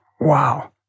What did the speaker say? Wow